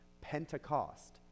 Pentecost